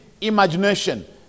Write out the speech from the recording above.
imagination